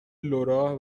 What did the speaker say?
لورا